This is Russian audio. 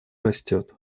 растет